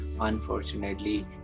unfortunately